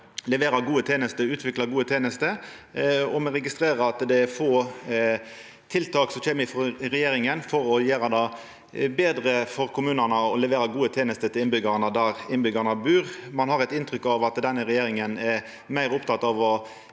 levera og utvikla gode tenester. Me registrerer òg at det er få tiltak som kjem frå regjeringa for å gjera det betre for kommunane å levera gode tenester til innbyggjarane der innbyggjarane bur. Ein har eit inntrykk av at denne regjeringa er meir oppteken av å